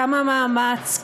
כמה מאמץ,